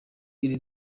iri